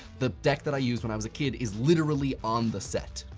the deck that i used when i was a kid is literally on the set.